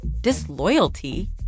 Disloyalty